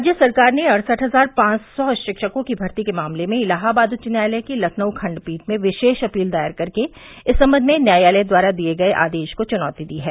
राज्य सरकार ने अड़सठ हजार पाँच सौ शिक्षकों की भर्ती के मामले में इलाहाबाद उच्च न्यायालय की लखनऊ खण्डपीठ में विशेष अपील दायर करके इस सम्बन्ध में न्यायालय द्वारा दिये गये आदेश को चुनौती दी है